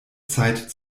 zeit